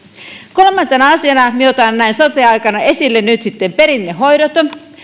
kolmantena asiana minä otan näin sote aikana esille nyt sitten perinnehoidot